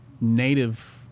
native